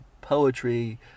poetry